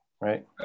right